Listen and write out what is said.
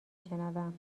شنوم